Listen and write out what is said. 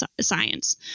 science